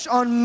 on